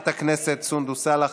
הכנסת סונדוס סאלח,